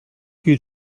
you